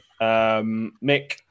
Mick